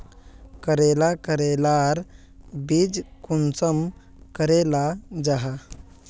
करेला करेलार बीज कुंसम करे लगा जाहा?